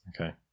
Okay